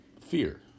fear